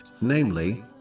namely